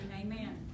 Amen